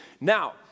Now